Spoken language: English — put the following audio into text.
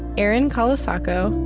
erin colasacco,